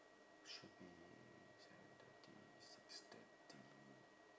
should be seven thirty six thirty